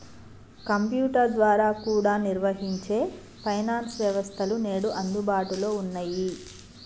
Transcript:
computer ద్వారా కూడా నిర్వహించే ఫైనాన్స్ వ్యవస్థలు నేడు అందుబాటులో ఉన్నయ్యి